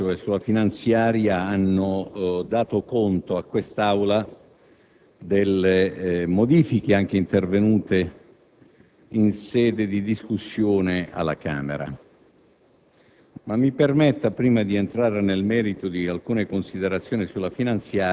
i relatori sul disegno di legge di bilancio e sulla finanziaria hanno dato conto a quest'Aula delle modifiche intervenute in sede di discussione alla Camera